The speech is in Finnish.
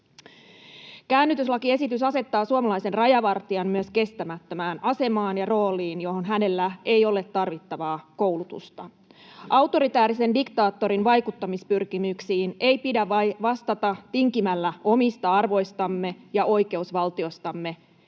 Käännytyslakiesitys asettaa suomalaisen rajavartijan myös kestämättömään asemaan ja rooliin, johon hänellä ei ole tarvittavaa koulutusta. Autoritäärisen diktaattorin vaikuttamispyrkimyksiin ei pidä vastata tinkimällä omista arvoistamme ja oikeusvaltiostamme.